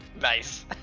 Nice